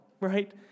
right